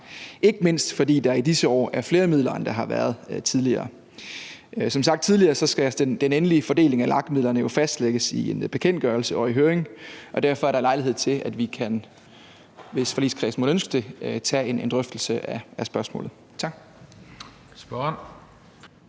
ikke mindst fordi der er i disse år er flere midler, end der har været tidligere. Som sagt tidligere skal den endelige fordeling af LAG-midlerne jo fastlægges i en bekendtgørelse og sendes i høring, og derfor er der, hvis forligskredsen måtte ønske det, lejlighed til, at vi kan tage en drøftelse af spørgsmålet. Tak.